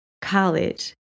College